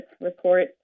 report